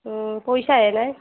পইছাহে নাই